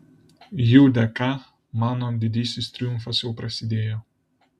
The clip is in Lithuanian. jų dėka mano didysis triumfas jau prasidėjo